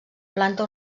planta